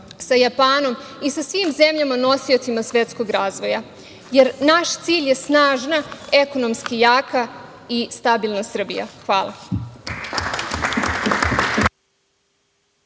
sa Japanom i sa svim zemljama nosiocima svetskog razvoja. Jer, naš cilj je snažna, ekonomski jaka i stabilna Srbija. Hvala.